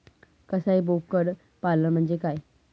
कसाई बोकड पालन म्हणजे काय?